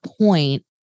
point